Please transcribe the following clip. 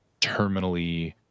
terminally